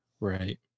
Right